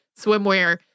swimwear